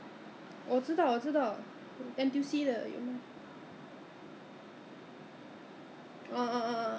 but the because you know after I bought the new car my my my the hooks ah you know those hooks to hold things in a car from my old car